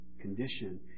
condition